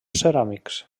ceràmics